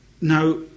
Now